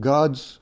God's